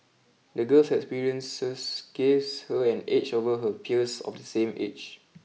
the girl's experiences gives her an edge over her peers of the same age